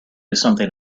something